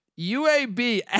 UAB